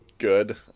Good